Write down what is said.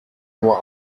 nur